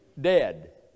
dead